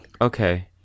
Okay